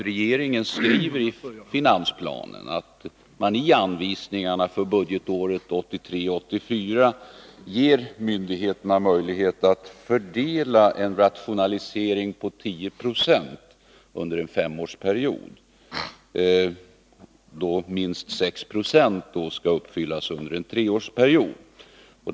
Regeringen skriver i finansplanen att man i anvisningarna för budgetåret 1983/84 ger myndigheterna möjlighet att fördela en rationalisering på 10 9o under en femårsperiod, minst 6 20 under en treårsperiod.